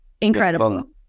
incredible